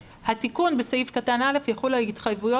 התיקון בסעיף קטן (א) יחול על התחייבויות